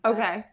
Okay